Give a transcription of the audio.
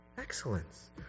Excellence